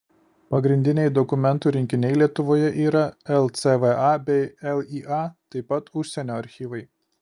pagrindiniai dokumentų rinkiniai lietuvoje yra lcva bei lya taip pat užsienio archyvai